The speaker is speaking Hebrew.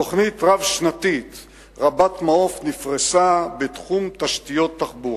תוכנית רב-שנתית רבת מעוף נפרסה בתחום תשתיות תחבורה.